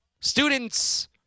Students